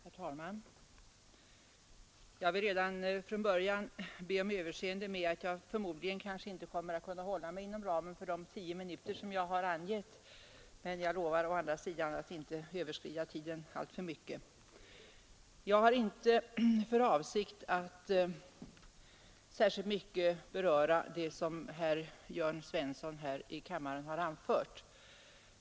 Herr talman! Jag vill redan från början be om överseende för att jag förmodligen inte kommer att kunna hålla mig inom ramen av de tio minuter som jag har angett, men jag lovar att inte överskrida tiden alltför mycket. Jag har inte för avsikt att särskilt mycket beröra det som herr Jörn Svensson i Malmö här i kammaren har anfört.